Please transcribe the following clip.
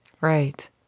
right